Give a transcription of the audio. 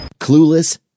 Clueless